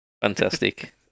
Fantastic